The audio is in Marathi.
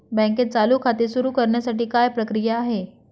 बँकेत चालू खाते सुरु करण्यासाठी काय प्रक्रिया आहे?